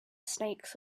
snakes